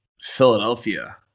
Philadelphia